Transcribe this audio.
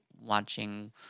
watching